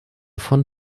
von